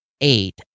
eight